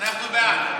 אנחנו בעד.